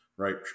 right